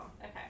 okay